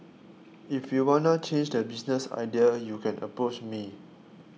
if you wanna change the business idea U can approach me